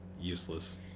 useless